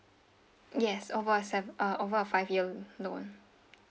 yes over se~ uh over a five year loan